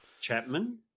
Chapman